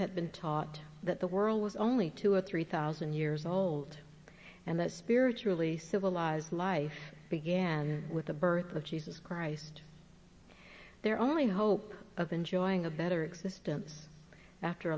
had been taught that the world was only two or three thousand years old and that spiritually civilized life began with the birth of jesus christ their only hope of enjoying a better existence after